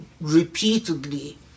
repeatedly